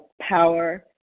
power